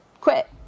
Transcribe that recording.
quit